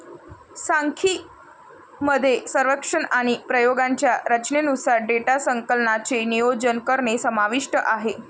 सांख्यिकी मध्ये सर्वेक्षण आणि प्रयोगांच्या रचनेनुसार डेटा संकलनाचे नियोजन करणे समाविष्ट आहे